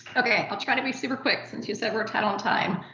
okay, i'll try to be super quick since you said we're tight on time.